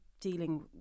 dealing